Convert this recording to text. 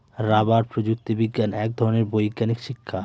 rubber প্রযুক্তি বিজ্ঞান এক ধরনের বৈজ্ঞানিক শিক্ষা